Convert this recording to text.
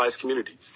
communities